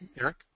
Eric